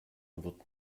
wird